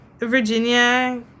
Virginia